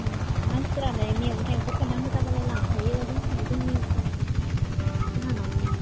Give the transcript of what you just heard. मानसिफोरालाय मैगं थाइगंफोरखौ नांगो जाब्लालाय लांफायो बे जोंनियाव जोंहानावनो